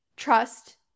Trust